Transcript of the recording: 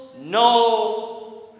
no